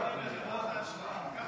חברת האשראי.